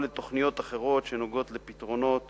או לתוכניות אחרות שנוגעות לפתרונות